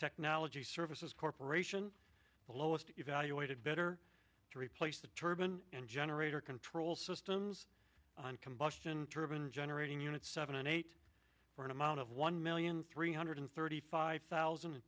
technology services corporation the lowest evaluated better to replace the turban and generator control systems on combustion turbaned generating units seven and eight for an amount of one million three hundred thirty five thousand and